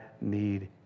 need